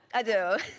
i do.